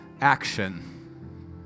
action